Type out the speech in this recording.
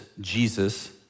Jesus